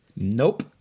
Nope